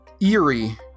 eerie